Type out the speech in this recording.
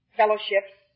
fellowships